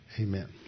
Amen